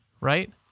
right